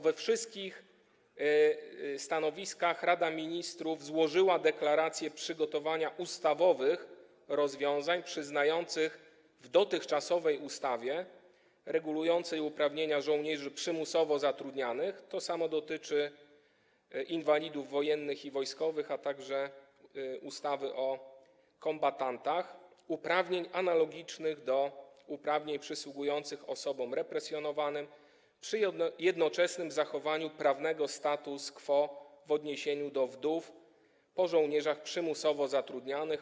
We wszystkich stanowiskach Rada Ministrów złożyła deklarację przygotowania ustawowych rozwiązań przyznających w dotychczasowej ustawie regulującej uprawnienia żołnierzy przymusowo zatrudnianych - to samo dotyczy inwalidów wojennych i wojskowych, a także ustawy o kombatantach - uprawnień analogicznych do uprawnień przysługujących osobom represjonowanym, przy jednoczesnym zachowaniu prawnego status quo w odniesieniu do wdów po żołnierzach przymusowo zatrudnianych.